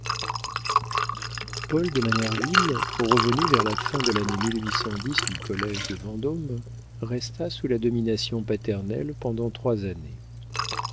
paul de manerville revenu vers la fin de lannée du collége de vendôme resta sous la domination paternelle pendant trois années